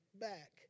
back